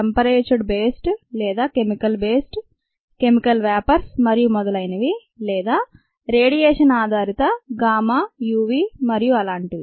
"టెంపరేచర్డ్ based" లేదా "chemicals based" chemical "vapours" మరియు మొదలైనవి లేదా రేడియేషన్ ఆధారిత గామా UV మరియు అలాంటివి